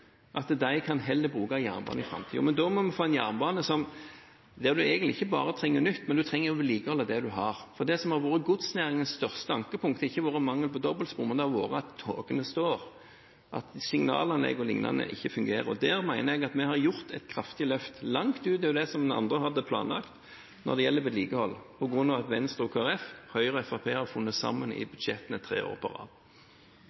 kan bruke jernbanen i framtiden. Men da må vi få en jernbane der en egentlig ikke bare trenger nytt, men en trenger å vedlikeholde det en har. Det som har vært godsnæringens største ankepunkt, har ikke vært mangelen på dobbeltspor, men det har vært at togene står, at signalanleggene o.l. ikke fungerer, og der mener jeg at vi har gjort et kraftig løft langt utover det som de andre hadde planlagt når det gjelder vedlikehold, fordi Venstre og Kristelig Folkeparti og Høyre og Fremskrittspartiet har funnet sammen i